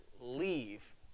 leave